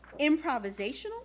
improvisational